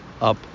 up